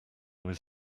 was